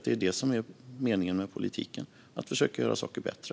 Det är det som är meningen med politiken: att försöka göra saker bättre.